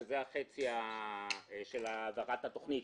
שזה החצי של העברת התוכנית,